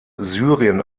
syrien